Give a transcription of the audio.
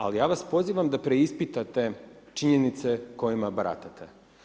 Ali ja vas pozivam da preispitate činjenice kojima baratate.